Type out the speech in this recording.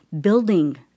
building